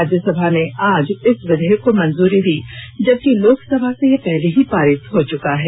राज्यसभा ने आज इस विधेयक को मंजूरी दी जबकि लोकसभा से ये पहले ही पारित हो चुका है